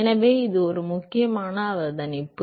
எனவே இது ஒரு முக்கியமான அவதானிப்பு